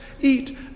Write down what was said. eat